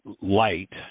light